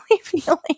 feeling